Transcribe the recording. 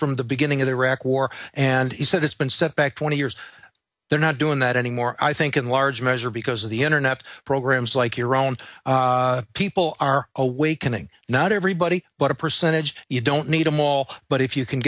from the beginning of the iraq war and he said it's been set back twenty years they're not doing that anymore i think in large measure because of the internet programs like your own people are awakening not everybody but a percentage you don't need them all but if you can